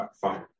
Fine